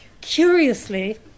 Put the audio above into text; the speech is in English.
Curiously